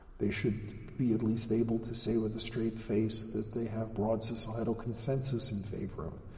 they should be at least able to say with a straight face that they have broad societal consensus in favor of it.